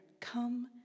come